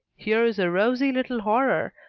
here is a rosy little horror,